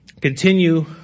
continue